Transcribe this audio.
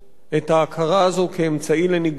את ההכרה הזאת כאמצעי לניגוח פוליטי,